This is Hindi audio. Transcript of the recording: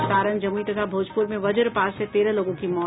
और सारण जमुई तथा भोजपुर में वज्रपात से तेरह लोगों की मौत